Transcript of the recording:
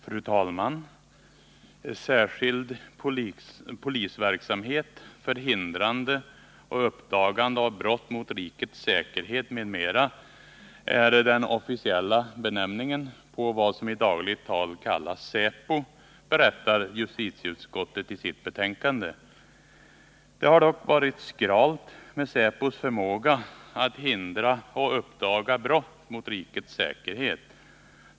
Fru talman! ”Särskild polisverksamhet för hindrande och uppdagande av brott mot rikets säkerhet m.m.” är den officiella benämningen på vad som i dagligt tal kallas säpo, berättar justitieutskottet i sitt betänkande. Det har dock varit skralt med säpos förmåga att hindra och uppdaga brott mot rikets säkerhet.